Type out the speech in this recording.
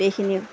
এইখিনিও